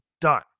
done